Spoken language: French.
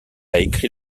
écrit